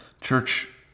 Church